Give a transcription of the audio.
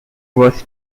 was